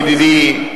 ידידי,